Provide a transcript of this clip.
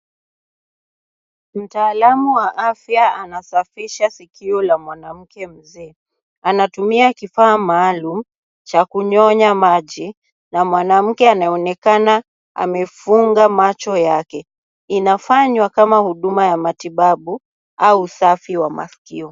Mtaalamu wa afya anasafisha sikio la mwanamke mzee anatumia kifaa maalumu cha kunyonya maji na mwanamke anaonekana amefunga macho yake inafanywa kama huduma ya matibabu au ya afya.